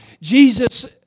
Jesus